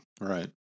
Right